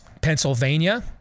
Pennsylvania